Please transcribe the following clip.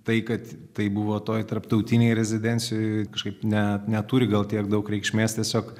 tai kad tai buvo toj tarptautinėj rezidencijoj kažkaip ne neturi gal tiek daug reikšmės tiesiog